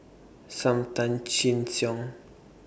SAM Tan Chin Siong